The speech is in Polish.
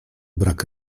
brak